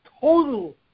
total